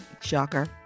shocker